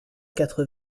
quatre